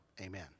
Amen